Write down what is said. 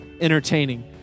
entertaining